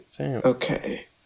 Okay